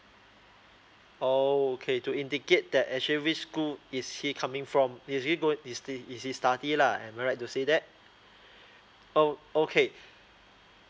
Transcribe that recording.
oh K to indicate that actually which school is he coming from is he go is he is he study lah am I right to say that oh okay